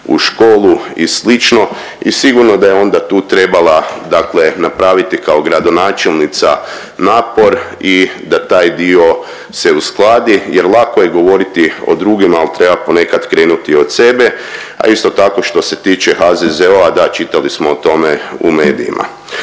u školu i slično. I sigurno da je onda tu trebala, dakle napraviti kao gradonačelnica napor i da taj dio se uskladi, jer lako je govoriti o drugima, ali treba ponekad krenuti od sebe. A isto tako što se tiče HZZO-a da, čitali smo o tome u medijima.